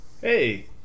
Hey